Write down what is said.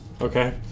Okay